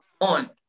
on